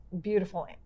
beautiful